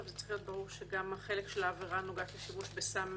ברור שהחלק של העבירה שנוגעת לשימוש בסם